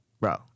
bro